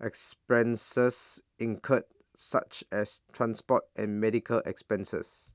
expenses incurred such as transport and medical expenses